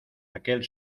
aquel